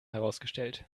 herausgestellt